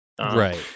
Right